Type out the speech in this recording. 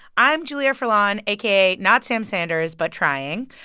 i'm julia furlan, aka not sam sanders but trying.